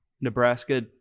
Nebraska